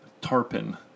Tarpon